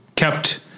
kept